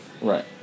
Right